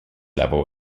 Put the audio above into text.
level